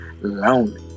lonely